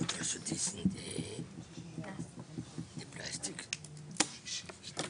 אני עדיין ממתין, אגב,